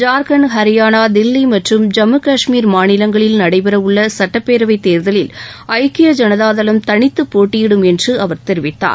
ஜார்க்கண்ட் ஹரியானா தில்லி மற்றும் ஜம்மு காஷ்மீர் மாநிலங்களில் நடைபெறவுள்ள சுட்டப்பேரவை தேர்தலில் ஐக்கிய ஜனதாதளம் தனித்துப்போட்டியிடும் என்று அவர் தெரிவித்தார்